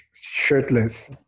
shirtless